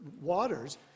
Waters